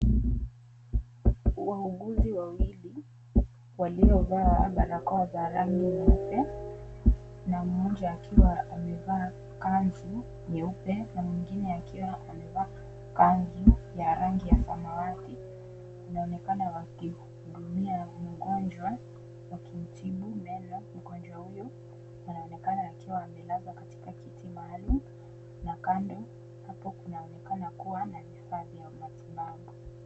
Wahuguzi wawili waliovaa barakoa za rangi nyeupe na mmoja akiwa amevaa kanzu nyeupe na mwingine akiwa amevaa kanzu ya rangi ya samawati. Wanaonekana wamkimhudumia mgonjwa, wakimtibu meno. Mgonjwa huyo anaonekana akiwa amelazwa katika kiti maalum na kando hapo kunaonekana kuwa na hifadhi ya matibabu.